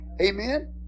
Amen